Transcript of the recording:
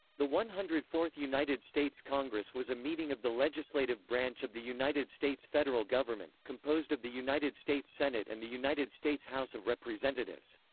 the one hundred fourth united states congress was a meeting of the legislative branch of the united states federal government, composed of the united states senate and the united states house of representatives.